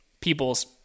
people's